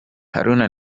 haruna